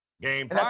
game